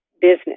business